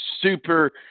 super